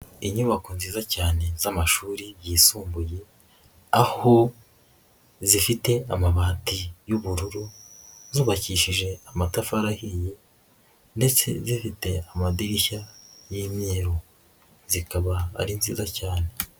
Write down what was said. Inyubako nziza cyane z'amashuri yisumbuye, aho zifite amabati y'ubururu, zubakishije amatafari ahiye ndetse zifite amadirishya y'imyeru, zikaba ari nziza cyane.